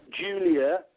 Julia